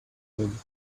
one